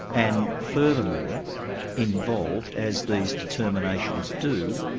and furthermore involved, as these determinations do,